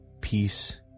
peace